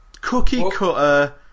cookie-cutter